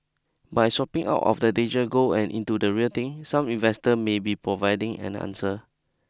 by swapping out of digital gold and into the real thing some investor may be providing an answer